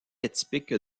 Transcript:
atypique